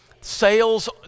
sales